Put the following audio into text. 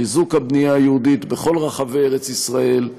חיזוק הבנייה היהודית בכל רחבי ארץ ישראל,